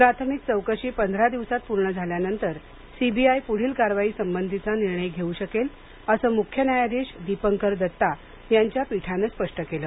प्राथमिक चौकशी पंधरा दिवसात पूर्ण झाल्यानंतर सीबीआय पुढील कारवाई संबंधीचा निर्णय घेऊ शकेल असं मुख्य न्यायाधीश दिपंकार दत्ता यांच्या पीठानं स्पष्ट केलं